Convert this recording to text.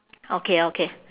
okay okay